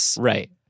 Right